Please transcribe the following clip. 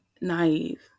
naive